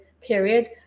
period